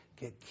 get